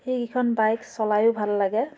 সেইখন বাইক চলাইয়ো ভাল লাগে